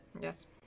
Yes